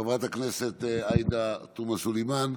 שביקשו, חברת הכנסת עאידה תומא סלימאן.